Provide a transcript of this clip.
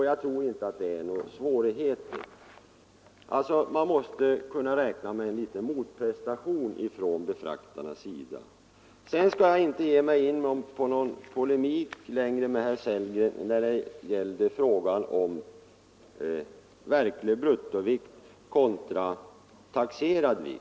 Jag tror inte att det skall innebära några svårigheter. Man måste alltså kunna räkna med någon motprestation från befraktarna. Jag skall inte ge mig in på någon längre polemik med herr Sellgren i fråga om verklig bruttovikt kontra taxerad vikt.